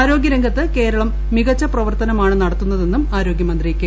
ആരോഗ്യ രംഗ്രിത്ത് കേരളം മികച്ച പ്രവർത്തനമാണ് നടത്തുന്നതെന്ന് ആരോഗ്ലീക്യമ്പ്രി കെ